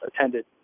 attended